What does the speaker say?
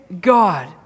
God